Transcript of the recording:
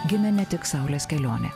gimė ne tik saulės kelionė